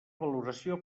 valoració